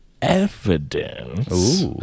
Evidence